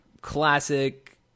classic